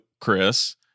Chris